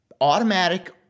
automatic